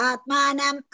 Atmanam